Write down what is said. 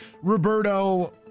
Roberto